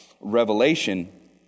revelation